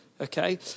Okay